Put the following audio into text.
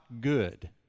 good